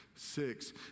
Six